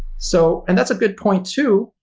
so and that's a good point, too.